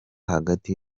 hagati